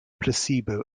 placebo